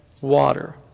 water